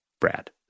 Brad